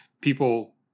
People